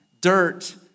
dirt